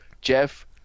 Jeff